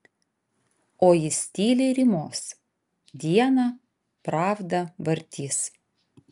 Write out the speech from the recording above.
o jis tyliai rymos dieną pravdą vartys